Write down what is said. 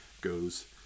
goes